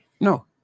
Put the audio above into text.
No